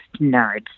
nerds